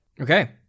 Okay